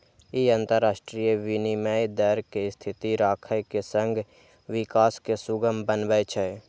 ई अंतरराष्ट्रीय विनिमय दर कें स्थिर राखै के संग विकास कें सुगम बनबै छै